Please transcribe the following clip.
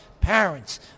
parents